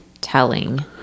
telling